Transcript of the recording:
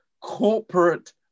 corporate